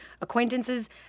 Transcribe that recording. acquaintances